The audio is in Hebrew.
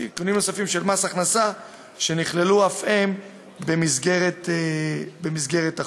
מס הכנסה שנכללו אף הם במסגרת החוק.